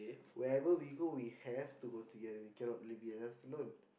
wherever we go we have to go together we cannot leave the other one alone